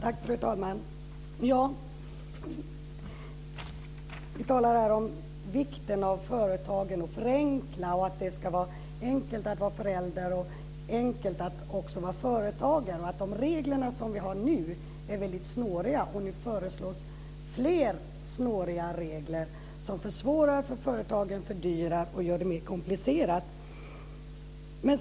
Fru talman! Vi talar om vikten av att förenkla för företagare och att det ska vara enkelt att vara förälder. De regler som vi har nu är snåriga, och nu föreslås fler snåriga regler som försvårar för företagen, fördyrar och gör det hela mer komplicerat.